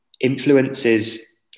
influences